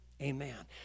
Amen